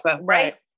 right